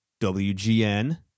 wgn